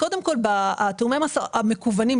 בתיאומי המס המקוונים,